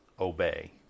obey